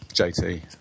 JT